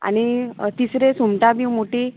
आनी तिसरे सुंगटां बी मोटी